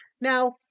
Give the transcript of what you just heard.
Now